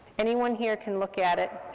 anyone here can look at it,